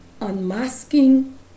Unmasking